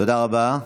תודה רבה.